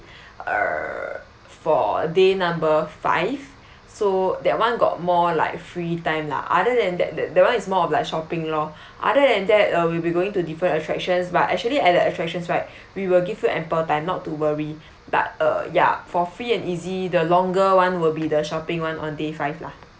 err for day number five so that [one] got more like free time lah other than that the that [one] is more of like shopping lor other than that uh we'll be going to different attractions but actually at the attractions right we will give you ample time not to worry but uh ya for free and easy the longer [one] will be the shopping [one] on day five lah